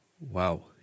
wow